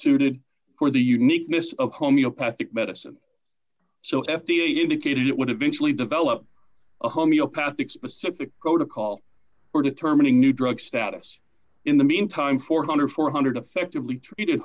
suited for the uniqueness of homeopathic medicine so f d a indicated it would eventually develop a homeopathic specific protocol for determining new drug status in the meantime four thousand four hundred dollars effectively treated